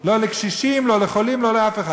לא לקשישים, לא לחולים, לא לאף אחד.